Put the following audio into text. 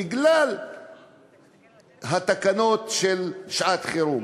בגלל התקנות של שעת-חירום.